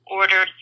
order